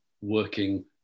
working